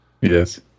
Yes